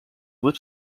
lip